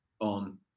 On